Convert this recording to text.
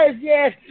yes